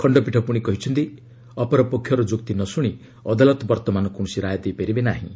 ଖଣ୍ଡପୀଠ ପୁଣି କହିଛନ୍ତି ଅପରପକ୍ଷର ଯୁକ୍ତି ନ ଶୁଣି ଅଦାଲତ ବର୍ତ୍ତମାନ କୌଣସି ରାୟ ଦେଇପାରିବେ ନାହିଁ